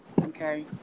Okay